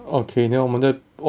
okay then 我们的我